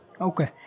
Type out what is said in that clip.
Okay